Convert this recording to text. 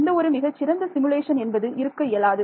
எந்த ஒரு மிக சிறந்த சிமுலேஷன் என்பது இருக்க இயலாது